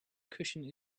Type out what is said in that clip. cushion